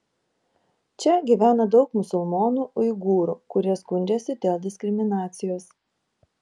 čia gyvena daug musulmonų uigūrų kurie skundžiasi dėl diskriminacijos